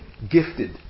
gifted